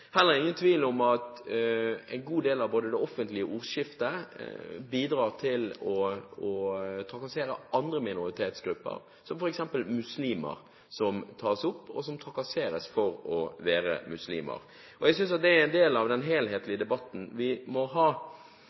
heller ingen tvil om at en god del av det offentlige ordskiftet bidrar til å trakassere andre minoritetsgrupper, f.eks. muslimer som trekkes fram, og som trakasseres for å være muslimer. Jeg synes at det er en del av den helhetlige debatten vi må ha.